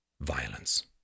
violence